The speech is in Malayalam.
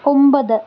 ഒമ്പത്